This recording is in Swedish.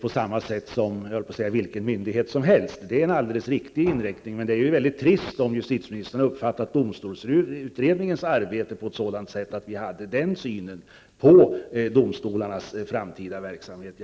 på samma sätt som vilken myndighet som helst. Det är en alldeles riktig inställning. Men det är väldigt trist om justitieministern uppfattade domstolsutredningens arbete på ett sådant sätt att vi hade en sådan syn på domstolarnas framtida verksamhet.